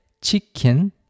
chicken